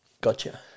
Gotcha